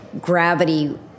gravity